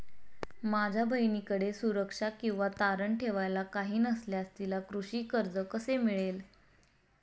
माझ्या बहिणीकडे सुरक्षा किंवा तारण ठेवायला काही नसल्यास तिला कृषी कर्ज कसे मिळेल?